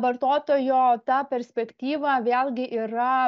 vartotojo ta perspektyva vėlgi yra